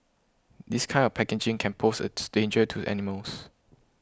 this kind of packaging can pose a danger to animals